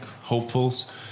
hopefuls